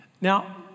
Now